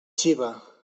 xiva